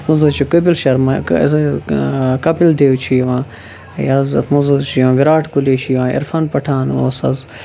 اَتھ منٛز حظ چھُ کٔپِل شَرما یہٕ کپل دیو چھُ یِوان یہِ حظ اَتھ منٛز حظ چھُ یِوان وِراٹھ کوہلی چھُ یِوان عِرفان پَٹھان اوس حظ